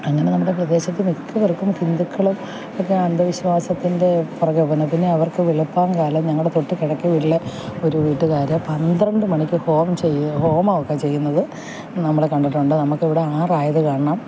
അങ്ങനെ നമ്മുടെ പ്രദേശത്ത് മിക്കവർക്കും ഹിന്ദുക്കളും ഒക്കെ അന്ധവിശ്വാസത്തിൻ്റെ പ്രകോപനം പിന്നെ അവർക്ക് വെളുപ്പാൻകാലം ഞങ്ങളുടെ തൊട്ട് കിഴക്കേ വീട്ടിൽ ഒരു വീട്ടുകാർ പന്ത്രണ്ട് മണിക്ക് ഹോം ചെയ്യ് ഹോമം ഒക്കെ ചെയ്യുന്നത് നമ്മൾ കണ്ടിട്ടുണ്ട് നമുക്ക് ഇവിടെ ആറായത് കാരണം